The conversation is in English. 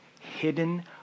hidden